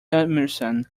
summerson